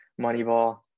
Moneyball